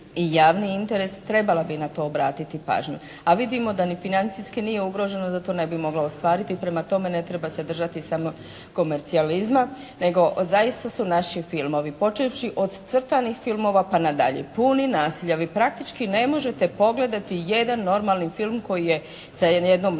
i javni interes trebala bi na to obratiti pažnju, a vidimo da ni financijski nije ugrožena da to ne bi mogla ostvariti. Prema tome, ne treba se držati samo komercijalizma nego zaista su naši filmovi počevši od crtanih filmova pa nadalje puni nasilja. Vi praktički ne možete pogledati jedan normalni film koji je sa jednom normalnom